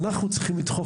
ולשם אנחנו צריכים לדחוף,